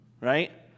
Right